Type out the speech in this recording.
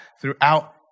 throughout